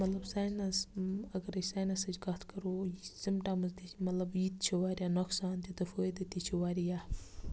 مطلب ساینَس اَگر أسۍ ساینَسٕچ کَتھ کَرو یہِ سِمٹَمٕز تہِ چھِ مطلب یہِ تہِ چھِ واریاہ نۄقصان تہِ تہٕ فٲیدٕ تہِ چھِ واریاہ